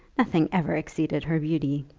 nothing ever exceeded her beauty.